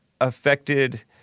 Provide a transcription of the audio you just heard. affected